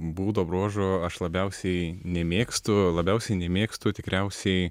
būdo bruožo aš labiausiai nemėgstu labiausiai nemėgstu tikriausiai